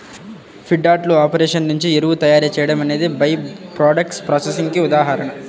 feedlot operation నుండి ఎరువు తయారీ చేయడం అనేది బై ప్రాడక్ట్స్ ప్రాసెసింగ్ కి ఉదాహరణ